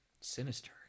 Sinister